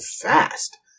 fast